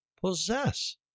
Possess